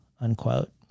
unquote